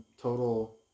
total